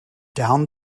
down